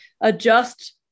adjust